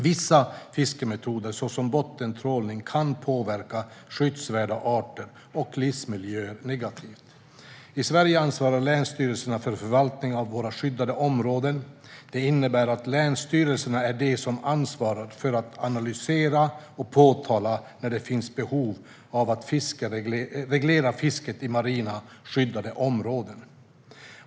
Vissa fiskemetoder, såsom bottentrålning, kan påverka skyddsvärda arter och livsmiljöer på ett negativt sätt. I Sverige ansvarar länsstyrelserna för förvaltningen av våra skyddade områden. Det innebär att det är länsstyrelserna som ansvarar för att analysera och påpeka när det finns behov av att reglera fisket i marina skyddade områden.